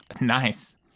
Nice